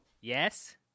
Yes